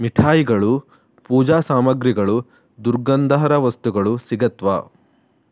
ಮಿಠಾಯಿಗಳು ಪೂಜಾ ಸಾಮಗ್ರಿಗಳು ದುರ್ಗಂಧಹರ ವಸ್ತುಗಳು ಸಿಗುತ್ವೇ